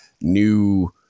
new